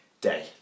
Day